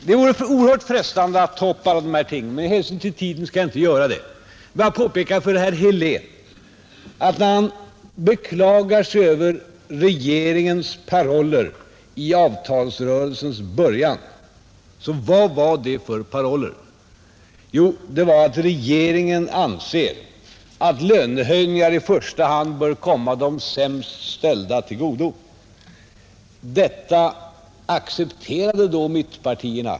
Det vore oerhört frestande att närmare gå in på dessa ting, men med hänsyn till tiden skall jag inte göra det. Jag vill bara säga några ord till herr Helén med anledning av att han beklagar sig över regeringens paroller i avtalsrörelsens början. Vad var det för paroller? Jo, det var att regeringen anser att lönehöjningar i första hand bör komma de sämst ställda till godo. Detta accepterade då mittenpartierna.